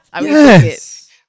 Yes